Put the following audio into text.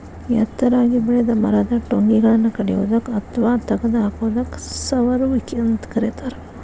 ಎತ್ತರಾಗಿ ಬೆಳೆದ ಮರದ ಟೊಂಗಿಗಳನ್ನ ಕಡಿಯೋದಕ್ಕ ಅತ್ವಾ ತಗದ ಹಾಕೋದಕ್ಕ ಸಮರುವಿಕೆ ಅಂತ ಕರೇತಾರ